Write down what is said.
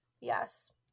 Yes